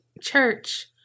church